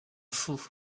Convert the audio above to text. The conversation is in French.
fou